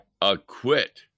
acquit